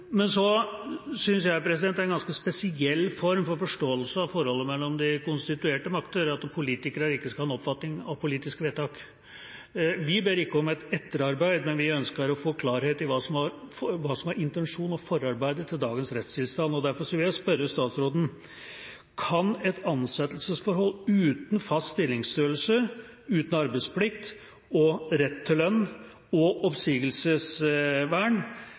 Jeg synes det er en ganske spesiell form for forståelse av forholdet mellom de konstituerte makter at politikere ikke skal ha en oppfatning av politiske vedtak. Vi ber ikke om et etterarbeid, men vi ønsker å få klarhet i hva som var intensjonen med og forarbeidet til dagens rettstilstand. Derfor vil jeg spørre statsråden: Kan et ansettelsesforhold uten fast stillingsstørrelse, uten arbeidsplikt og rett til lønn og oppsigelsesvern